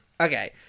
Okay